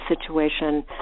situation